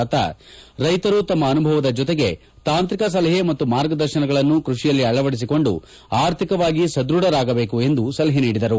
ಲತಾ ರೈತರು ತಮ್ಮ ಅನುಭವದ ಜೊತೆಗೆ ತಾಂತ್ರಿಕ ಸಲಹೆ ಮತ್ತು ಮಾರ್ಗದರ್ಶನಗಳನ್ನು ಕೃಷಿಯಲ್ಲಿ ಅಳವದಿಸಿಕೊಂಡು ಆರ್ಥಿಕವಾಗಿ ಸದ್ಬಧರಾಗಬೇಕು ಎಂದು ಸಲಹೆ ನೀಡಿದರು